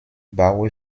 baue